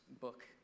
book